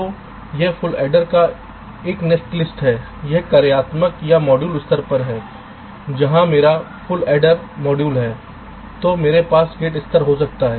तो यह full adder का एक नेटलिस्ट है यह कार्यात्मक या मॉड्यूल स्तर पर है जहां मेरा फुल एडर मॉड्यूल है तो मेरे पास गेट स्तर हो सकता है